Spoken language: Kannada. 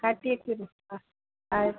ಕಟ್ಟಿ ಇಡ್ತೀನಿ ಹಾಂ ಆಯ್ತು